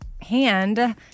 hand